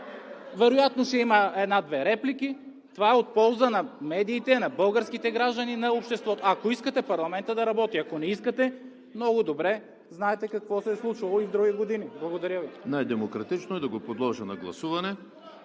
вероятно ще има една-две реплики. Това е от полза на медиите, на българските граждани, на обществото – ако искате парламентът да работи. Ако не искате, много добре знаете какво се е случвало и в други години. Благодаря Ви. ПРЕДСЕДАТЕЛ ЕМИЛ ХРИСТОВ: Най-демократично е да го подложа на гласуване.